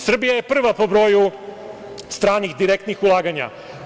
Srbija je prva po broju stranih direktnih ulaganja.